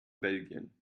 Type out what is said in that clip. belgien